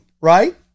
right